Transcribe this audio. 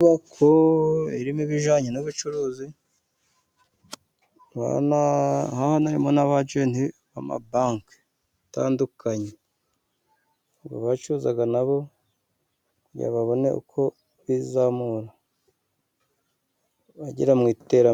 Inyubako irimo ibijyananye n'ubucuruzi, harimo n'aba ajenti b'amabanki atandukanye. Baba bacuza nabo, kugira babone uko bizamura, bagere mu iterambere.